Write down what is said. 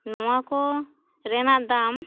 ᱱᱚᱣᱟ ᱠᱚ ᱨᱮᱱᱟᱜ ᱫᱟᱢ